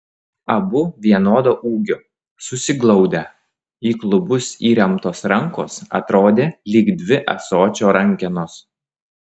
abu vienodo ūgio susiglaudę į klubus įremtos rankos atrodė lyg dvi ąsočio rankenos